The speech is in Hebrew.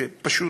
שפשוט